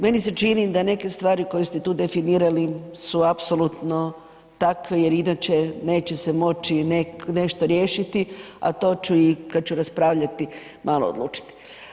Meni se čini da neke stvari koje ste tu definirali su apsolutno takve jer inače, neće se moći nešto riješiti, a to ću i, kad ću raspravljati, malo odlučiti.